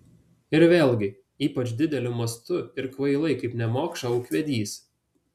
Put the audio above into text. ir vėlgi ypač dideliu mastu ir kvailai kaip nemokša ūkvedys